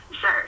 Sure